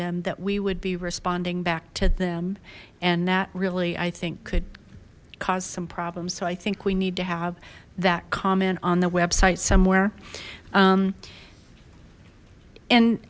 them that we would be responding back to them and that really i think could cause some problems so i think we need to have that comment on the website somewhere